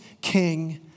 king